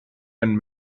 been